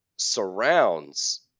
surrounds